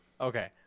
Okay